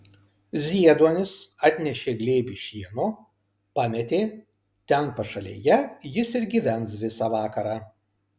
zieduonis atnešė glėbį šieno pametė ten pašalėje jis ir gyvens visą vakarą